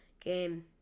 game